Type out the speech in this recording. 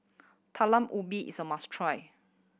Talam Ubi is a must try